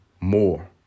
more